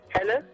Hello